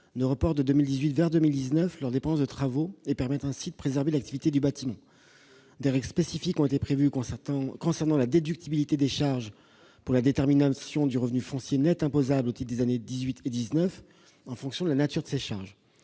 ne reportent de 2018 vers 2019 leurs dépenses de travaux et de permettre ainsi de préserver l'activité du bâtiment. Des règles spécifiques ont été prévues concernant la déductibilité des charges pour la détermination du revenu foncier net imposable au titre des années 2018 et 2019, en fonction de la nature de ces charges.